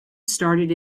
started